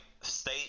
state